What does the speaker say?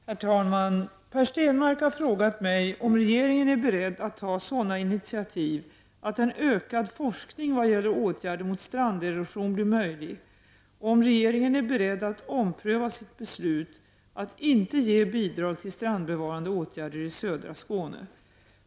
Herr talman! Per Stenmarck har frågat mig om regeringen är beredd att ta sådana initiativ att en ökad forskning vad gäller åtgärder mot stranderosion blir möjlig och om regeringen är beredd att ompröva sitt beslut att inte ge bidrag till strandbevarande åtgärder i södra Skåne.